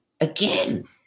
again